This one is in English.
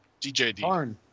DJD